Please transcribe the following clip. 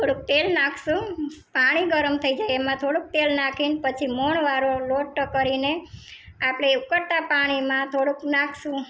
થોડુંક તેલ નાખીશુંં પાણી ગરમ થય જાય એમાં થોડુંક તેલ નાખીને પછી મોવણ વાડો લોટ કરીને આપણે ઉકળતા પાણીમાં થોડુંક નાખીશું